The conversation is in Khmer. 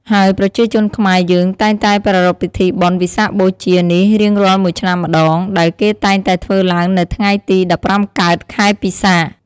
ហើយប្រជាជនខ្មែរយើងតែងតែប្រារព្ធពិធីបុណ្យវិសាខបូជានេះរៀងរាល់មួយឆ្នាំម្តង ដែលគេតែងតែធ្វើឡើងនៅថ្ងៃទី ១៥កើត ខែពិសាខ។